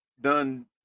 done